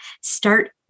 start